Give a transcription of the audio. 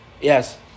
yes